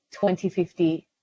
2050